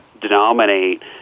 denominate